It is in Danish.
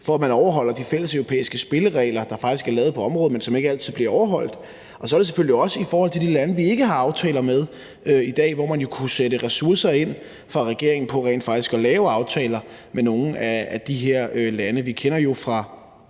for, at de overholder de fælleseuropæiske spilleregler, der faktisk er lavet på området, men som ikke altid bliver overholdt, og så er det selvfølgelig også i forhold til de lande, vi ikke har aftaler med i dag, hvor man jo kunne sætte ressourcer ind fra regeringens side på rent faktisk at lave aftaler med nogle af de her lande. Vi kender det jo fra